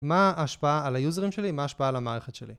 מה ההשפעה על היוזרים שלי, מה ההשפעה על המערכת שלי.